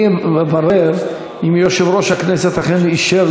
אני מברר אם יושב-ראש הכנסת אכן אישר